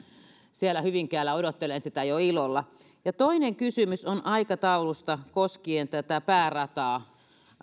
siellä hyvinkäällä odottelen sitä jo ilolla toinen kysymys on aikataulusta koskien päärataa